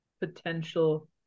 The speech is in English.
potential